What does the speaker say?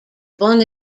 born